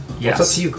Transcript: Yes